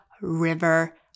River